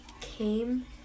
came